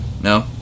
No